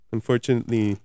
Unfortunately